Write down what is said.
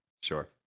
Sure